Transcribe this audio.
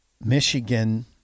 Michigan